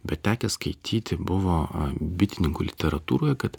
bet tekę skaityti buvo bitininkų literatūroje kad